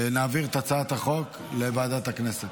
נעביר את הצעת החוק לוועדת הכנסת.